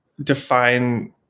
define